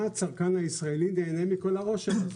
מה הצרכן הישראלי נהנה מכל האושר הזה?